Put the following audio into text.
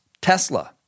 Tesla